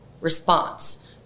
response